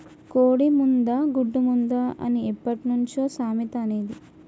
కోడి ముందా, గుడ్డు ముందా అని ఎప్పట్నుంచో సామెత అనేది